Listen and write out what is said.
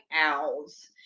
owls